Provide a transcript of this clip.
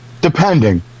depending